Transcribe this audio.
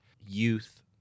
youth